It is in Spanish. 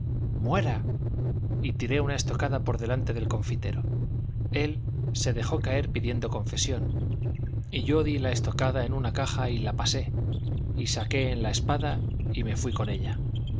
muera y tiré una estocada por delante del confitero él se dejó caer pidiendo confesión y yo di la estocada en una caja y la pasé y saqué en la espada y me fui con ella